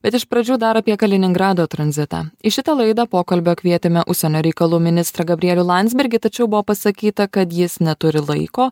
bet iš pradžių dar apie kaliningrado tranzitą į šitą laidą pokalbio kvietėme užsienio reikalų ministrą gabrielių landsbergį tačiau buvo pasakyta kad jis neturi laiko